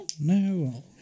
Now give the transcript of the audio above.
No